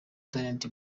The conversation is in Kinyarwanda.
rtd